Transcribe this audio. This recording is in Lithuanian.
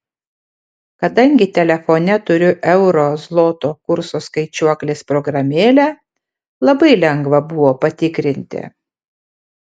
kadangi telefone turiu euro zloto kurso skaičiuoklės programėlę labai lengva buvo patikrinti